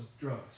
drugs